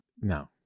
no